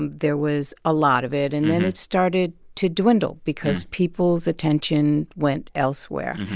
and there was a lot of it. and then it started to dwindle because people's attention went elsewhere.